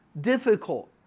difficult